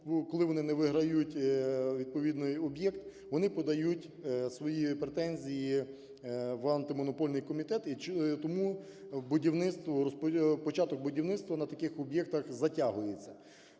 коли вони не виграють відповідний об'єкт, вони подають свої претензії в Антимонопольний комітет, і тому початок будівництва на таких об'єктах затягується.